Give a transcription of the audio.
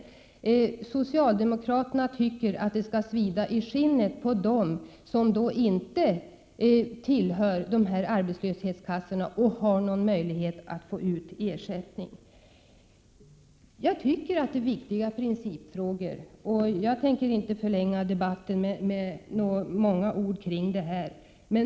Socialdemo 8 juni 1988 kraterna tycker att det skall svida i skinnet på dem som inte tillhör dessa arbetslöshetskassor och som därmed inte har möjlighet att få ut ersättning. Detta handlar om viktiga principfrågor, men jag tänker inte förlänga debatten så mycket mer.